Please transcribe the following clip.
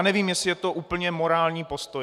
Nevím, jestli je to úplně morální postoj.